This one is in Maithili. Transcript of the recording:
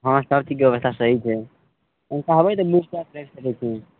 हँ सब चीजके व्यवस्था सही छै कहबय तऽ पूछताछ कए सकय छी